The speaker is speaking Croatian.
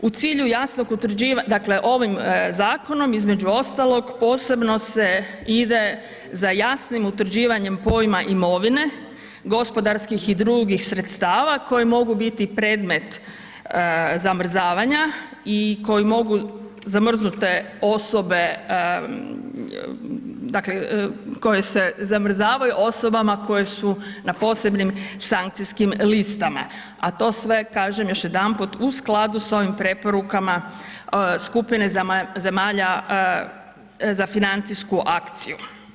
U cilju jasnog utvrđivanja, dakle ovim zakonom, između ostalog posebno ide za jasnim utvrđivanjem pojma imovine gospodarskih i drugih sredstava koji mogu biti predmet zamrzavanja i koji mogu zamrznute osobe dakle koje se zamrzavaju, osobama koje su na posebnim sankcijskim listama a to sve kažem još jedanput, u skladu sa ovim preporukama skupine zemalja uza financijsku akciju.